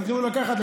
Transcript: תתחילו לקחת,